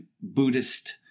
Buddhist